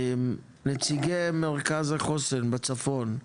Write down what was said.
נציגי מרכז החוסן בצפון,